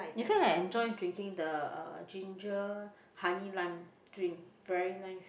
in fact I enjoy drinking the uh ginger honey lime drink very nice